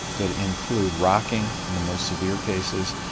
that include rocking in the most severe cases.